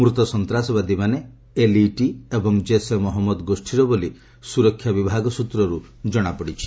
ମୃତ ସନ୍ତ୍ରାସବାଦୀମାନେ ଏଲ୍ଇଟି ଏବଂ କୈସେ ମହମ୍ମଦ ଗୋଷୀର ବୋଲି ସୁରକ୍ଷା ବିଭାଗ ସ୍ବତ୍ରରୁ ଜଣାପଡ଼ିଛି